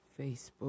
Facebook